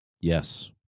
yes